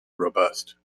robust